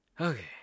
okay